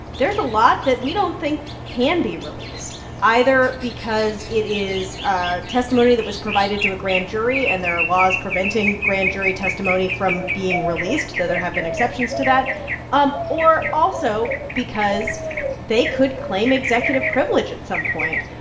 there's a lot that we don't think can be released either because it is ah testimony that was provided to a grand jury and there are laws preventing grand jury testimony from being released though, there have been exceptions to that um or also because they could claim executive privilege at some point,